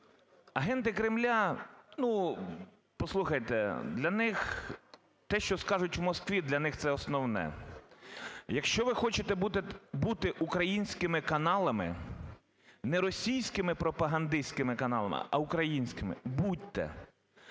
Агенти Кремля, ну, послухайте, для них те, що скажуть у Москві, для них це основне. Якщо ви хочете бути українськими каналами, не російськими пропагандистськими каналами, а українськими – будьте!